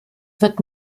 wird